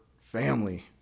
family